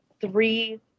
three